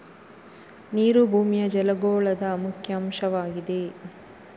ನೀರು ಭೂಮಿಯ ಜಲಗೋಳದ ಮುಖ್ಯ ಅಂಶವಾಗಿದೆ